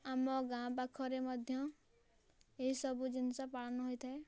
ଆମ ଗାଁ ପାଖରେ ମଧ୍ୟ ଏସବୁ ଜିନିଷ ପାଳନ ହୋଇଥାଏ